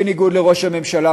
בניגוד לראש הממשלה,